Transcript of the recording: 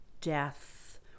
death